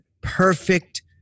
perfect